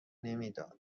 نمیداد